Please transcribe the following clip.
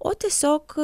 o tiesiog